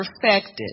perfected